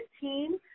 team